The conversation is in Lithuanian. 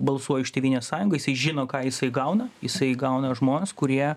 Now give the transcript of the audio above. balsuoja už tėvynės sąjungą jisai žino ką jisai gauna jisai gauna žmones kurie